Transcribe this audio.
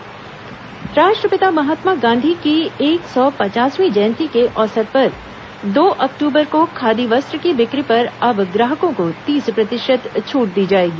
ग्रामोद्योग समीक्षा बैठक राष्ट्रपिता महात्मा गांधी की एक सौ पचासवीं जयंती के अवसर पर दो अक्टूबर को खादी वस्त्र की बिक्री पर अब ग्राहकों को तीस प्रतिशत छूट दी जाएगी